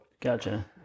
gotcha